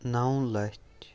نَو لَچھ